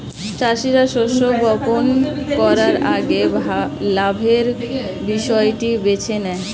চাষীরা শস্য বপন করার আগে লাভের বিষয়টি বেছে নেয়